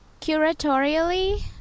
curatorially